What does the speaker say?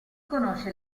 conosce